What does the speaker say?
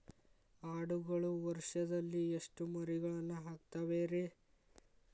ಆಡುಗಳು ವರುಷದಲ್ಲಿ ಎಷ್ಟು ಮರಿಗಳನ್ನು ಹಾಕ್ತಾವ ರೇ?